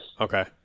Okay